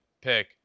pick